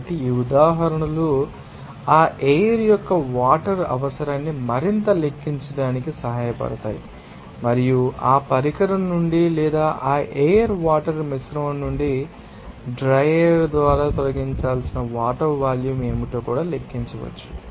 కాబట్టి ఈ ఉదాహరణలు ఆ ఎయిర్ యొక్క వాటర్ అవసరాన్ని మరింత లెక్కించడానికి సహాయపడతాయి మరియు ఆ పరికరం నుండి లేదా ఆ ఎయిర్ వాటర్ మిశ్రమం నుండి డ్రై ఎయిర్ ద్వారా తొలగించాల్సిన వాటర్ వాల్యూమ్ ఏమిటో కూడా లెక్కించవచ్చు